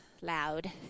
loud